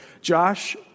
Josh